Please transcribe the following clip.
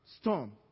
storm